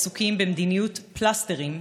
עסוקים במדיניות פלסטרים,